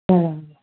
त